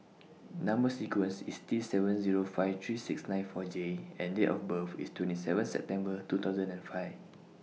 Number sequence IS T seven Zero five three six nine four J and Date of birth IS twenty seven September two thousand and five